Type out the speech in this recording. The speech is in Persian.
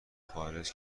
خارج